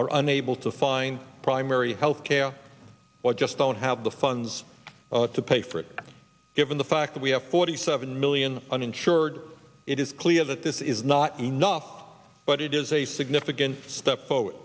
are unable to find primary health care but just don't have the funds to pay for it given the fact that we have forty seven million uninsured it is clear that this is not enough but it is a significant step forward